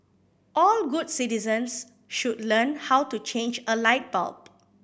all good citizens should learn how to change a light bulb